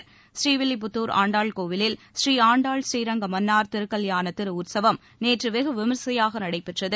ப்ரீவில்லிப்புத்தூர் ஆண்டாள் கோவிலில் ஸ்ரீஆண்டாள் ஸ்ரீரங்கமன்னார் திருக்கல்யாண திரு உற்சவம் நேற்று வெகு விமரிசையாக நடைபெற்றது